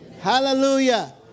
Hallelujah